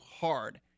hard